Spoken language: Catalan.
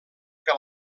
que